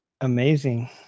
amazing